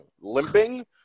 limping